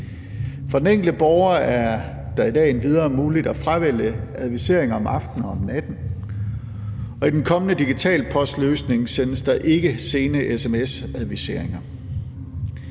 For den enkelte borger er det i dag endvidere muligt at fravælge advisering om aftenen og om natten, og i den kommende digital post-løsning sendes der ikke sene sms-adviseringer.